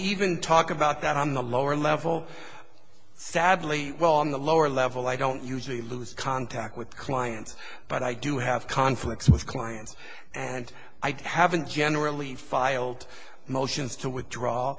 even talk about that on the lower level sadly well on the lower level i don't usually lose contact with clients but i do have conflicts with clients and i'd have been generally filed motions to withdraw